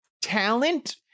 talent